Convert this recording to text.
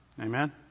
Amen